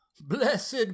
Blessed